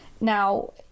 Now